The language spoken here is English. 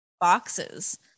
boxes